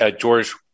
George